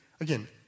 again